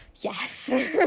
Yes